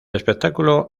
espectáculo